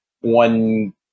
one